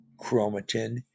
chromatin